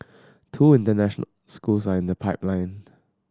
two international schools are in the pipeline